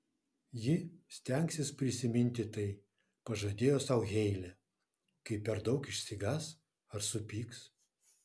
ji stengsis prisiminti tai pažadėjo sau heilė kai per daug išsigąs ar supyks